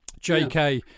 JK